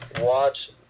Watch